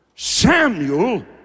Samuel